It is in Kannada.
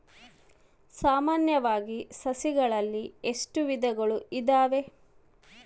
ಸಾಮಾನ್ಯವಾಗಿ ಸಸಿಗಳಲ್ಲಿ ಎಷ್ಟು ವಿಧಗಳು ಇದಾವೆ?